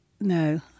No